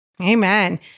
Amen